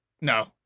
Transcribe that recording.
no